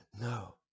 No